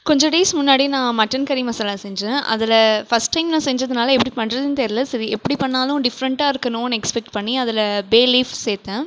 கொஞ்சம் டேஸ் முன்னாடி நான் மட்டன் கறி மசாலா செஞ்சேன் அதில் ஃபர்ஸ்ட் டைம் நான் செஞ்சதுனால் எப்படி பண்ணுறதுன்னு தெரியல சரி எப்படி பண்ணிணாலும் டிஃப்ரெண்டாக இருக்கணும்ன்னு எக்ஸ்பெக்ட் பண்ணி அது பே லீஃப் சேர்த்தேன்